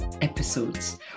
episodes